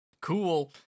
cool